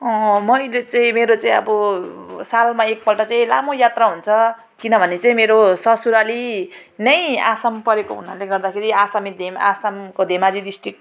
मैले चाहिँ मेरो चाहिँ अब सालमा एक पल्ट चाहिँ लामो यात्रा हुन्छ किनभने चाहिँ मेरो ससुराली नै असम परेको हुनाले गर्दाखेरि असमी धेम असमको धेमाजी डिस्ट्रिक्ट